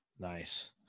Nice